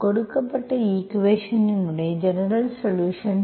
கொடுக்கப்பட்ட ஈக்குவேஷன் இன் ஜெனரல்சொலுஷன்ஸ்